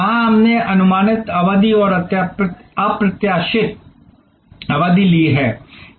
वहां हमने अनुमानित अवधि और अप्रत्याशित अवधि ली है